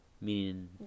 meaning